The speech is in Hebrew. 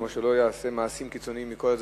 כמו שלא ייעשו מעשים קיצוניים מכל הצדדים,